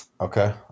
Okay